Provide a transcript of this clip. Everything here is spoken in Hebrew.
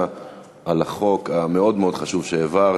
על החוק המאוד-מאוד חשוב שהעברת,